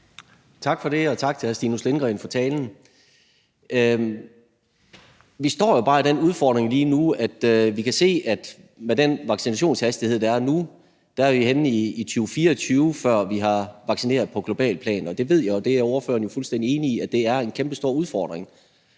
Tak for det, og tak til hr. Stinus Lindgreen for talen. Vi står jo bare med den udfordring lige nu, at vi kan se, at med den vaccinationshastighed, der er nu, er vi henne i 2024, før vi har vaccineret på globalt plan, og jeg ved, at ordføreren er fuldstændig enig i, at det er en kæmpestor udfordring.